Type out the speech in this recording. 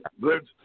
Good